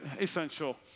essential